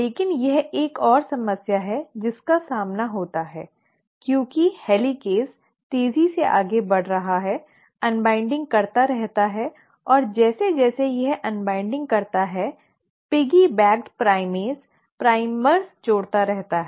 लेकिन यह एक और समस्या है जिसका सामना होता है क्योंकि हेलिकेज़ तेजी से आगे बढ़ रहा है अन्वाइन्डिंग करता रहता है और जैसे जैसे यह अन्वाइन्डिंग करता है पिग्गी बैक प्राइमेस प्राइमर जोड़ता रहता है